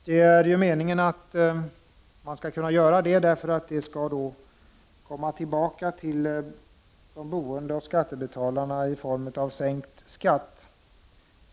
Detta kan man låta ske, eftersom det är meningen att de medlen skall komma tillbaka till de boende och skattebetalarna i form av sänkt skatt.